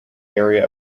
area